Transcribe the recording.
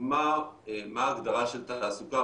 מה ההגדרה של התעסוקה?